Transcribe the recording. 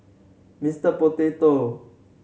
Mister Potato